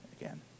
again